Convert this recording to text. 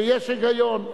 שיש היגיון.